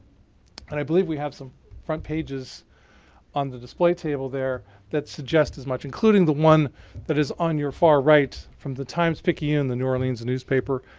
and i believe we have some front pages on the display table there that suggest as much, including the one that is on your far right from the times-picayune, the new orleans newspaper.